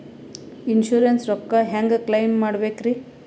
Insurance ರೊಕ್ಕ ಹೆಂಗ claim ಮಾಡ್ಬೇಕ್ರಿ?